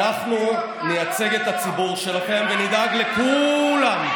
אנחנו נייצג את הציבור שלכם ונדאג לכו-לם.